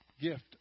gift